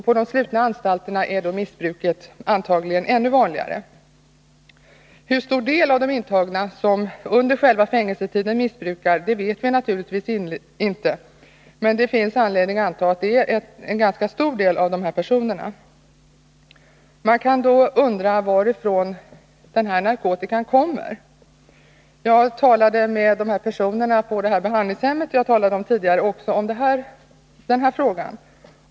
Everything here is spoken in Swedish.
På de slutna anstalterna är missbruket antagligen ännu 26 november 1981 vanligare. Hur stort antal av de intagna som under fängelsetiden är = missbrukare känner vi naturligtvis inte till. Det finns anledning att anta att Om vissa åtgärder det gäller ett ganska stort antal av dessa personer. mot narkotika Man kan då undra varifrån narkotikan kommer. Jag talade alltså med en — brottsligheten del personer på det behandlingshem som jag tidigare nämnde också om den här saken.